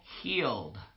healed